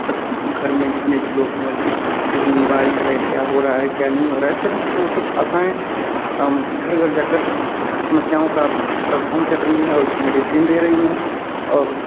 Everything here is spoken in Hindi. घर में जितने भी लोग हैं उनकी कितनी बीमारी है क्या हो रहा है क्या नहीं हो रहा है सब वो सब आशाएँ घर घर जाकर समस्याओं का प्रवधान कर रही हैं और मेडिसिन दे रही हैं और